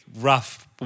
rough